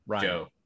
Joe